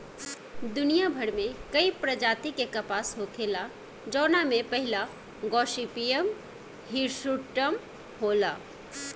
दुनियाभर में कई प्रजाति के कपास होखेला जवना में पहिला गॉसिपियम हिर्सुटम होला